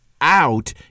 out